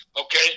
Okay